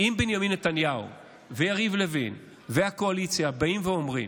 יריב לוין והקואליציה אומרים